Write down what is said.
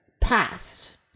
past